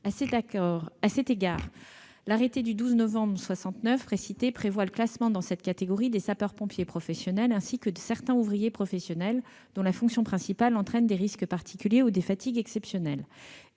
À cet égard, l'arrêté du 12 novembre 1969 précité prévoit le classement dans cette catégorie des sapeurs-pompiers professionnels ainsi que de certains ouvriers professionnels dont la fonction principale entraîne des risques particuliers ou des fatigues exceptionnelles,